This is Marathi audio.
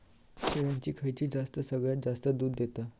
शेळ्यांची खयची जात सगळ्यात जास्त दूध देता?